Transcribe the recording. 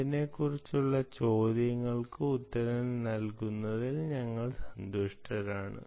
അതിനെക്കുറിച്ചുള്ള ചോദ്യങ്ങൾക്ക് ഉത്തരം നൽകുന്നതിൽ ഞങ്ങൾ സന്തുഷ്ടരാണ്